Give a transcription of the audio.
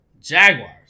Jaguars